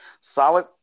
solid